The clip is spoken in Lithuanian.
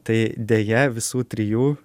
tai deja visų trijų